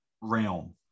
realm